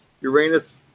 Uranus